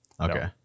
Okay